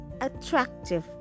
attractive